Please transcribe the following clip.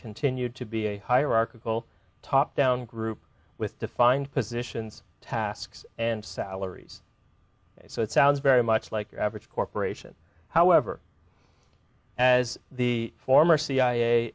continued to be a hierarchical top down group with defined positions tasks and salaries so it sounds very much like your average corporation however as the former c